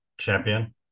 champion